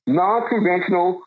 non-conventional